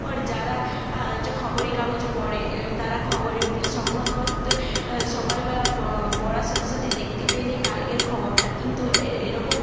ও যারা যে খবরের কাগজ পড়ে তারা খবরের সংবাদপত্র সকালবেলা পড়ার সাথে সাথে দেখতে পেয়ে যায় কালকের খবরটা কিন্তু এ এরকম